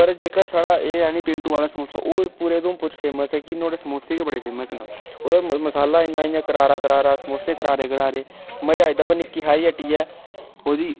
पर जेह्का साढ़ा एह् ऐ निं पिंटू आह्ला समोसा ओह् पूरे उधमपुर च फेमस ऐ के नुआढ़े समोसे गै बड़े फेमस न ओहदा मसाला इन्ना इ'यां करारा करारा समोसे करारे करारे मजा आई जंदा पर निक्की हारी हट्टी ऐ ओह्दी